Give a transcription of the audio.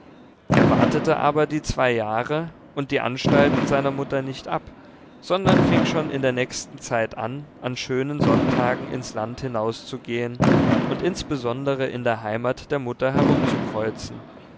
wartete aber die zwei jahre und die anstalten seiner mutter nicht ab sondern fing schon in der nächsten zeit an an schönen sonntagen ins land hinaus zu gehen und insbesondere in der heimat der mutter